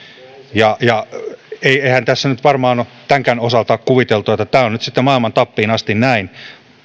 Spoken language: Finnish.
eihän tässä nyt varmaan ole tämänkään osalta kuviteltu että tämä on nyt sitten maailmantappiin asti näin